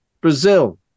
Brazil